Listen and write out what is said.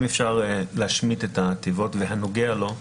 אם אפשר להשמיט את התיבות והנוגע לו,